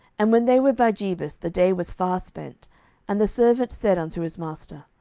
and when they were by jebus, the day was far spent and the servant said unto his master,